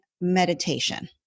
meditation